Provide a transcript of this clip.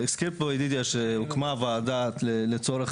הזכיר פה ידידיה שהוקמה ועדה לצורך